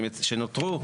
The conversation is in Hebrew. שנותרו,